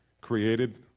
created